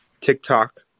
TikTok